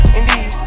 indeed